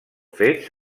fets